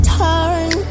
turn